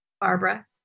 Barbara